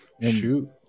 Shoot